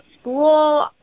School